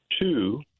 Two